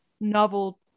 novel